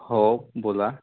हो बोला